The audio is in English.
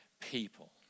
people